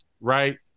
right